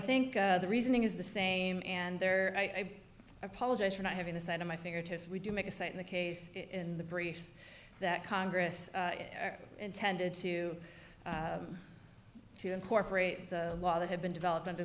think the reasoning is the same and there i apologize for not having the side of my fingertips we do make a site in the case in the briefs that congress intended to to incorporate the law that had been development of